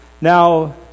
Now